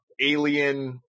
alien